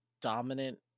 dominant